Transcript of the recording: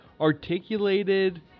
articulated